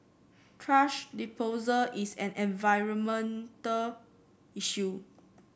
thrash disposal is an environmental issue